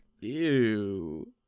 Ew